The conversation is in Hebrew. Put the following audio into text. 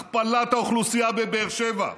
הכפלת האוכלוסייה בבאר שבע,